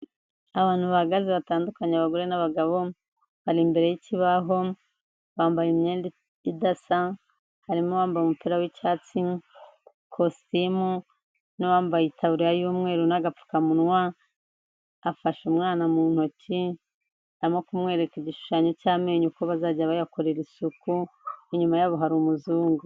Abantu bahagaze batandukanye abagore n'abagabo, bari imbere y'ikibaho, bambaye imyenda idasa, harimo uwabambaye umupira w'icyatsi, ikositimu n'uwambaye itaburiya y'umweru n'agapfukamunwa, afashe umwana mu ntoki arimo kumwereka igishushanyo cy'amenyo uko bazajya bayakorera isuku, inyuma yabo hari umuzungu.